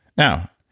now,